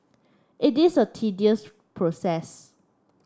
it is a tedious process